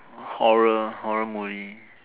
horror horror movie